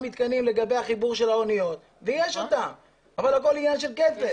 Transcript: מתקנים לגבי החיבור של האניות ויש אותם אבל הכול עניין של כסף.